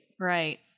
Right